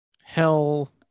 hell